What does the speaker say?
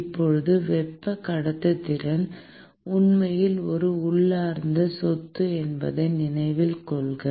இப்போது வெப்ப கடத்துத்திறன் உண்மையில் ஒரு உள்ளார்ந்த சொத்து என்பதை நினைவில் கொள்க